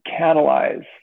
catalyze